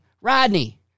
Rodney